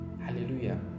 Hallelujah